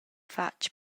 fatg